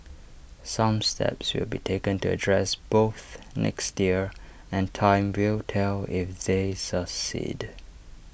some steps will be taken to address both next year and time will tell if they succeed